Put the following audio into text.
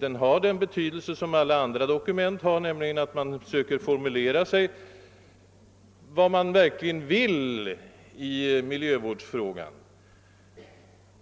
den har samma funktion som alla andra liknande dokument, dvs. innebär ett försök till formulering av vad man verkligen vill i miljövårdsfrågorna.